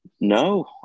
No